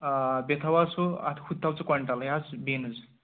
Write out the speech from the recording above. آ بیٚیہِ تھاو حظ سُہ اَتھ ہُہ تھاو ژٕ کۄینٹل یہِ حظ بیٖنٕز